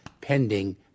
pending-